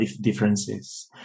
differences